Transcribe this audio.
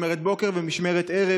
משמרת בוקר ומשמרת ערב,